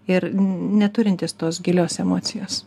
ir neturintys tos gilios emocijos